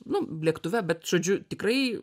nu lėktuve bet žodžiu tikrai